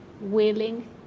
willing